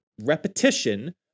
repetition